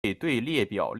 列表